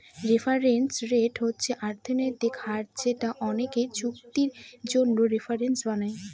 reference rate হচ্ছে অর্থনৈতিক হার যেটা অনেকে চুক্তির জন্য রেফারেন্স বানায়